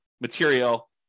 material